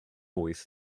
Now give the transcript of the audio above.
wyth